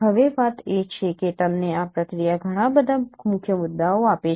હવે વાત એ છે કે તમને આ પ્રક્રિયા ઘણા બધા મુખ્ય મુદ્દાઓ આપે છે